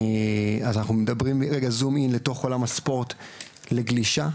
אנחנו מדברים בזום אין לתוך עולם הספורט לגלישה,